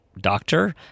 doctor